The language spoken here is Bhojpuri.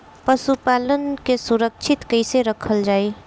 पशुपालन के सुरक्षित कैसे रखल जाई?